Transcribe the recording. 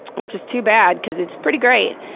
which is too bad, cause it's pretty great.